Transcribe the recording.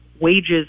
Wages